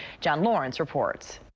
john lawrence reports.